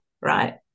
right